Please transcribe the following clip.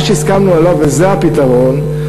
וזה הפתרון,